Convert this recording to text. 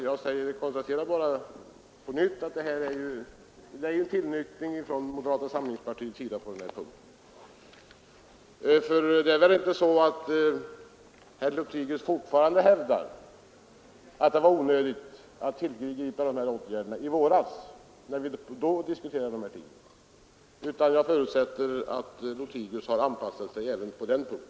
Jag konstaterar bara på nytt att det har skett en tillnyktring hos moderata samlingspartiet. För herr Loghitius hävdar väl inte fortfarande att det var onödigt att tillgripa de här åtgärderna i våras? Jag förutsätter att han har anpassat sig även på den punkten.